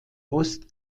ost